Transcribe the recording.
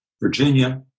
Virginia